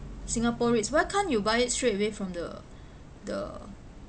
singapore REITs why can't you buy it straight away from the the the